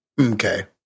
okay